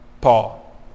Paul